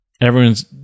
Everyone's